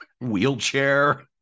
wheelchair